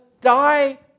die